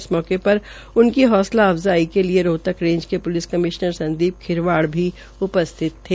इस मौके पर उनकी हौसला अफजाई के लिए रोहतक रेज़ के प्लिस कमिश्नर संदीप खिलवाड़ भी उपस्थित थे